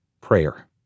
Prayer